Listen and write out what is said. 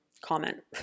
comment